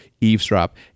eavesdrop